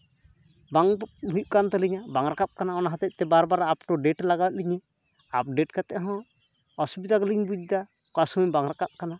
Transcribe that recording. ᱵᱟᱝ ᱦᱩᱭᱩᱜ ᱠᱟᱱ ᱛᱟᱹᱞᱤᱧᱟ ᱵᱟᱝ ᱨᱟᱠᱟᱵ ᱠᱟᱱᱟ ᱚᱱᱟ ᱦᱚᱛᱮᱡᱛᱮ ᱵᱟᱨ ᱵᱟᱨ ᱟᱯ ᱴᱩ ᱰᱮᱴ ᱞᱟᱜᱟᱣᱮᱫ ᱞᱤᱧᱟᱹ ᱟᱨ ᱟᱯᱰᱮᱴ ᱠᱟᱛᱮ ᱦᱚᱸ ᱚᱥᱩᱵᱤᱫᱟ ᱜᱮᱞᱤᱧ ᱵᱩᱡᱫᱟ ᱚᱠᱟ ᱥᱚᱢᱚᱭ ᱵᱟᱝ ᱨᱟᱠᱟᱵ ᱠᱟᱱᱟ